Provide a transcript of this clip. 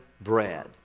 bread